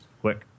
Quick